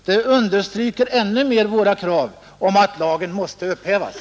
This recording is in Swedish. Det understryker ytterligare vårt krav att lagen skall upphävas.